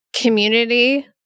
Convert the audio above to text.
community